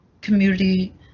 community